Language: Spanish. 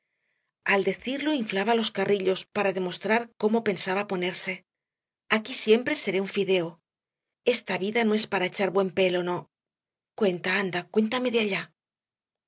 al decirlo inflaba los carrillos para demostrar cómo pensaba ponerse aquí siempre seré un fideo esta vida no es para echar buen pelo no cuenta anda cuéntame de allá